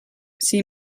see